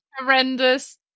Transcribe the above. horrendous